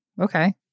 Okay